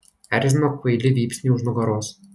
erzino kvaili vypsniai už nugaros